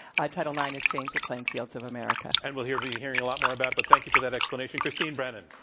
ah title ix has changed the playing fields of america. and we'll hear be hearing a lot more about it, but thank you for that explanation. christine brennan.